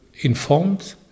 informed